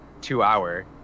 two-hour